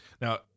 now